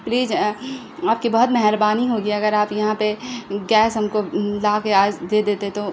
please آپ کی بہت مہربانی ہوگی اگر آپ یہاں پہ گیس ہم کو لا کے آج دے دیتے تو